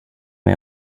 may